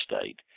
state